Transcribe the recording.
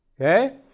okay